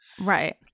Right